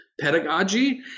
pedagogy